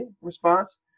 response